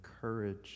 courage